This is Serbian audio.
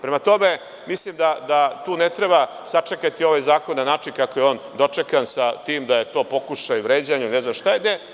Prema tome, mislim da tu ne treba sačekati ovaj zakon na način kako je on dočekan sa tim da je to pokušaj vređanja ili ne znam šta da je.